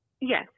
Yes